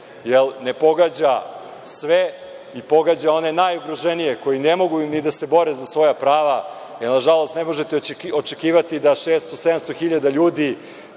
jer ne pogađa sve i pogađa one najugroženije koji ne mogu ni da se bore za svoja prava, jer nažalost, ne možete očekivati da 600, 700.000 ljudi,